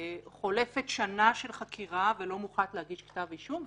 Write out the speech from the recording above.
חולפת שנה של חקירה ולא מוחלט להגיש כתב אישום.